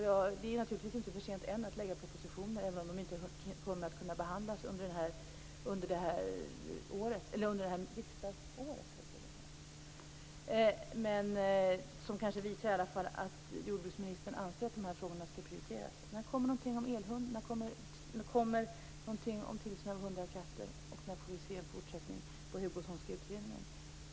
Det är naturligtvis ännu inte för sent att lägga fram propositioner, även om de inte kommer att kunna behandlas under det här riksdagsåret. Propositioner skulle ändå visa att jordbruksministern anser att de här frågorna skall prioriteras. När kommer det någonting om tillsyn av hundar och katter, och när får vi en fortsättning på den Hugosonska utredningen?